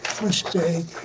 mistake